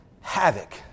havoc